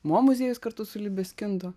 mo muziejus kartu su libe skendu